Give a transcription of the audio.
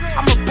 I'ma